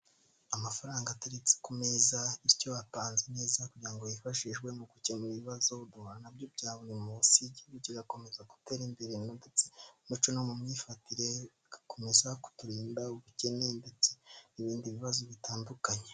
Amafaranga ateretse ku meza, bityo apanze neza kugira ngo yifashishwe mu gukemura ibibazo duhura na byo bya buri munsi. Igihugu kigakomeza gutera imbere ndetse mu muco no mu myifatire bigakomeza kuturinda ubukene ndetse n'ibindi bibazo bitandukanye.